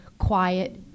quiet